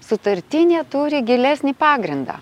sutartinė turi gilesnį pagrindą